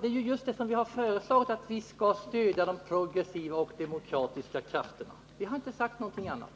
Det är ju just detta som vi har föreslagit, att vi skall stödja de progressiva och demokratiska krafterna. Vi har inte sagt någonting annat.